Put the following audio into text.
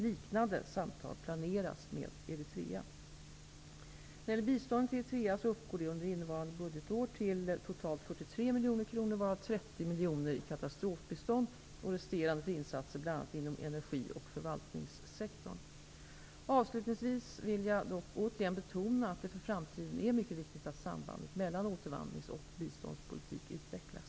Liknande samtal planeras med Biståndet till Eritrea uppgår under innevarande budgetår till totalt 43 miljoner kronor, varav 30 miljoner i katastrofbistånd och resterande för insatser inom bl.a. energi och förvaltningssektorn. Avslutningsvis vill jag dock återigen betona att det för framtiden är mycket viktigt att sambandet mellan återvandrings och biståndspolitik utvecklas.